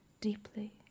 deeply